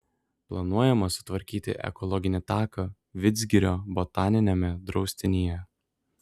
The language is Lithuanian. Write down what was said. planuojama sutvarkyti ekologinį taką vidzgirio botaniniame draustinyje